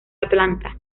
atlanta